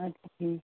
اَدٕ کیٛاہ ٹھیٖک